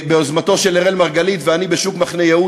ביוזמתו של אראל מרגלית, ואני, בשוק מחנה-יהודה.